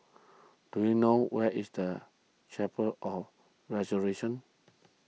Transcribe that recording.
do you know where is the Chapel of Resurrection